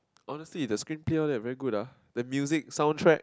honestly the screen peer that's very good ah the music soundtrack